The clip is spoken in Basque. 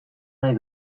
nahi